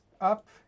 up